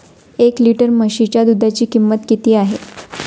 एक लिटर म्हशीच्या दुधाची किंमत किती आहे?